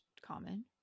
common